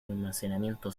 almacenamiento